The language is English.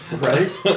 right